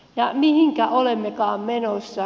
ja mihinkä olemmekaan menossa